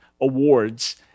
Awards